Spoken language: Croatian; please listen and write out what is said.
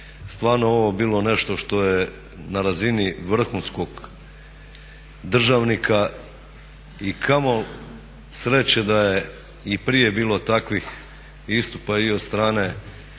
stvarno je ovo bilo nešto što je na razini vrhunskog državnog i kamo sreće da je i prije bilo takvih istupa i od strane